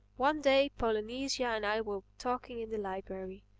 one day polynesia and i were talking in the library.